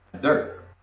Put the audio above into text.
dirt